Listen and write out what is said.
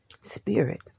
spirit